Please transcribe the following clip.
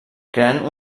creant